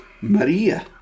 Maria